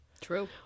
True